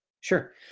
Sure